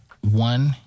one